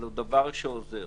אבל הוא דבר שעוזר.